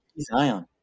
Zion